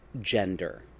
gender